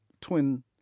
twin